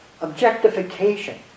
Objectification